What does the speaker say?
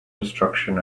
destruction